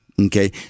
Okay